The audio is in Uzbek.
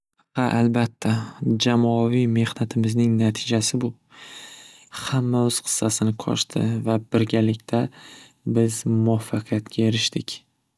Xa albatta jamoaviy mehnatimizning natijasi bu hamma o'z hissasini qo'shdi va birgalikda biz muvoffaqiyatga erishdik.